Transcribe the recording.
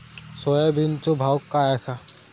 सोयाबीनचो भाव काय आसा?